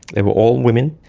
they were all women,